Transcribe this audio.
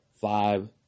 five